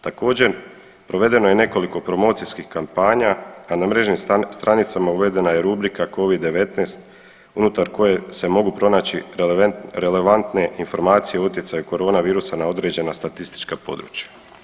Također provedeno je nekoliko promocijskih kampanja, a na mrežnim stranicama uvedena je rubrika covid-19 unutar koje se mogu pronaći relevantne informacije o utjecaju koronavirusa na određena statistička područja.